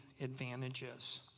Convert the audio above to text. advantages